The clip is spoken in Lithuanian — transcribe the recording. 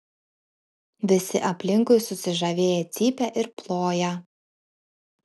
visi aplinkui susižavėję cypia ir ploja